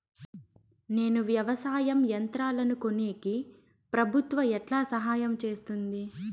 నేను వ్యవసాయం యంత్రాలను కొనేకి ప్రభుత్వ ఎట్లా సహాయం చేస్తుంది?